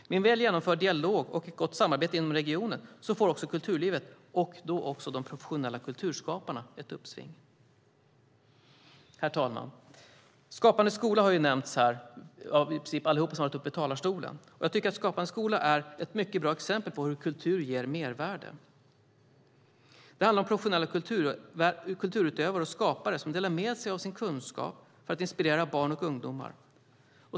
Med en väl genomförd dialog och ett gott samarbete inom regionen får också kulturlivet och de professionella kulturskaparna ett uppsving. Herr talman! Skapande skola har nämnts här av i princip alla som varit uppe i talarstolen, och jag tycker att Skapande skola är ett mycket bra exempel på hur kultur ger mervärde. Det handlar om professionella kulturutövare och kulturskapare som delar med sig av sin kunskap för att inspirera barn och ungdomar.